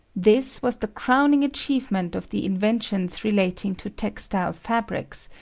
this was the crowning achievement of the inventions relating to textile fabrics,